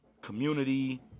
community